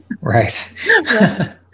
Right